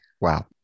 Wow